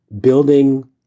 building